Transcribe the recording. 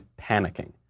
panicking